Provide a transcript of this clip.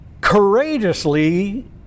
courageously